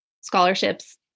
scholarships